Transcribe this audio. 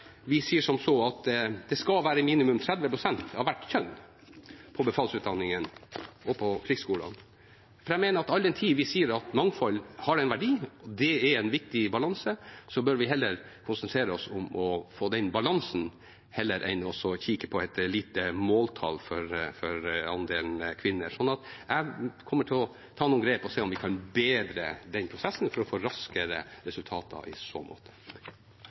at det skal være minimum 30 pst. av hvert kjønn i befalsutdanningen og på Krigsskolen. For jeg mener at all den tid vi sier at mangfold har en verdi, at det er en viktig balanse, bør vi heller konsentrere oss om å få den balansen enn å kikke på et lite måltall for andelen kvinner. Så jeg kommer til å ta noen grep og se om vi kan bedre den prosessen for å få raskere resultater i så måte.